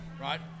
Right